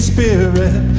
Spirit